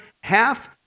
half